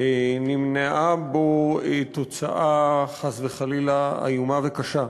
נמנעה בו תוצאה, חס וחלילה, איומה וקשה.